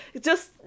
just-